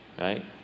right